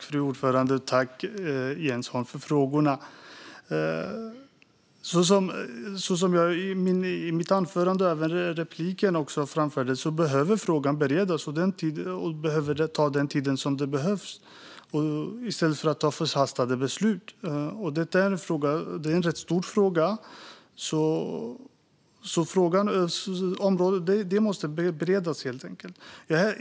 Fru talman! Som jag framförde i mitt anförande och även i repliken behöver frågan beredas. Det här är en rätt stor fråga som får ta den tid som behövs. Vi ska inte ta förhastade beslut.